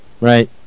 Right